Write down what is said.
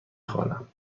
خوانم